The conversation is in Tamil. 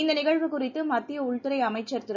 இந்த நிகழ்வு குறித்து மத்திய உள்துறை அமைச்சர் திரு